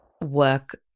work